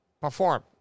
perform